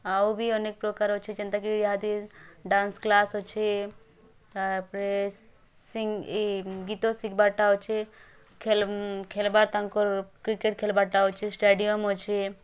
ଆଉ ବି ଅନେକ୍ ପ୍ରକାର୍ ଅଛେ ଯେନ୍ତା କି ଇହାଦେ ଡ଼୍ୟାନ୍ସ କ୍ଳାସ୍ ଅଛି ତାପରେ ଗୀତ ଶିଖବାର୍ଟା ଅଛି ଖେଲ୍ ଖେଲ୍ବାର୍ ତାଙ୍କର୍ କ୍ରିକେଟ୍ ଖେଲ୍ବାଟା ଅଛି ଷ୍ଟାଡ଼ିଅମ୍ ଅଛି